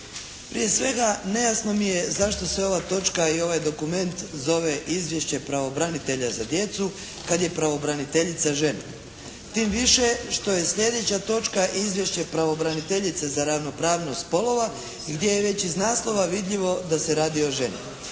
Prije svega nejasno mi je zašto se ova točka i ovaj dokument zove Izvješće pravobranitelja za djecu, kad je pravobraniteljica žena? Tim više što je sljedeća točka Izvješće pravobraniteljice za ravnopravnost spolova, gdje je već iz naslova vidljivo da se radi o ženi.